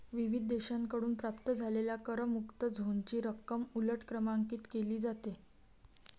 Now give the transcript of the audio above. विविध देशांकडून प्राप्त झालेल्या करमुक्त झोनची रक्कम उलट क्रमांकित केली जाते